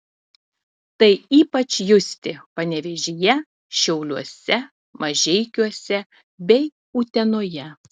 tai ypač justi panevėžyje šiauliuose mažeikiuose bei utenoje